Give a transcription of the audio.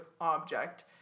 object